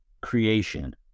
creation